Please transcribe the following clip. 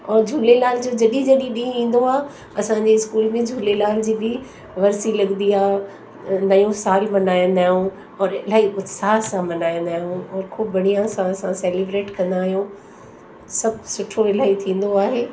और झूलेलाल जो जॾहिं जॾहिं ॾींहं ईंदो आहे असांजे स्कूल में झूलेलाल जी बि वर्सी लॻंदी आहे नओं साल बि मल्हाईंदा आहियूं और इलाही उत्साह सां मल्हाईंदा आहियूं और ख़ूबु बढ़िया सां असां सेलिब्रेट कंदा आहियूं सभु सुठो इलाही थींदो आहे